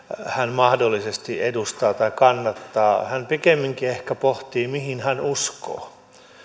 mahdollisesti edustaa tai kannattaa hän pikemminkin ehkä pohtii mihin hän uskoo ja